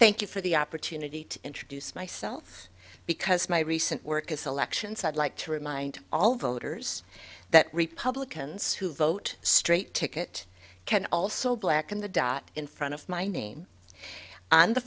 thank you for the opportunity to introduce myself because my recent work is elections i'd like to remind all voters that republicans who vote straight ticket can also blacken the dot in front of my name on the